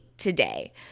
Today